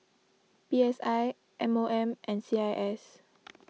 P S I M O M and C I S